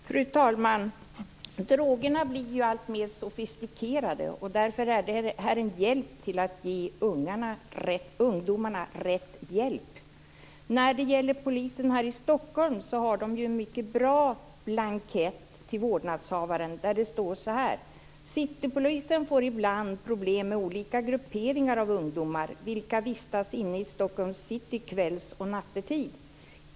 Fru talman! Drogerna blir ju alltmer sofistikerade. Därför är det här en hjälp för att kunna ge ungdomarna rätt hjälp. Polisen här i Stockholm har en mycket bra blankett till vårdnadshavaren där det står så här: Citypolisen får ibland problem med olika grupperingar av ungdomar, vilka vistas inne i Stockholms city kvällsoch nattetid.